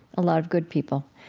a lot of good people.